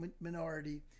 minority